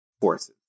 forces